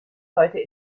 heute